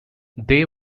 they